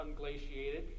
unglaciated